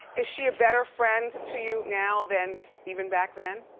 is she a better friend to you now than even back then?